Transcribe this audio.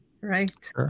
right